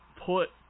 put